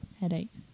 headaches